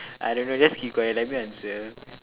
I don't know just keep quiet let me answer